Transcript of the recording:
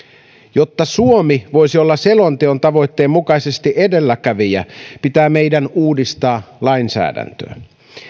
jotta suomi voisi olla selonteon tavoitteen mukaisesti edelläkävijä pitää meidän uudistaa lainsäädäntöä